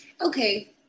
okay